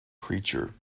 creature